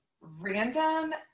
random